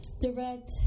direct